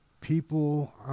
people